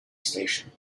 station